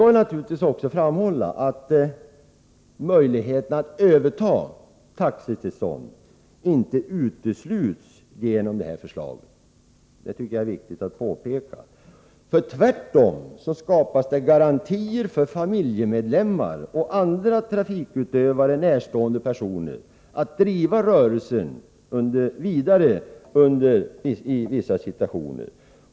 Naturligtvis måste det också framhållas att möjligheten att överta taxitillstånd inte utesluts genom det här förslaget; det tycker jag är viktigt att påpeka. Tvärtom skapas garantier för familjemedlemmar och andra, trafikutövaren närstående personer att driva rörelsen vidare i vissa situationer.